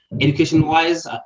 education-wise